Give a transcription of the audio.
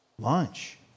Lunch